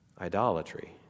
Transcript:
idolatry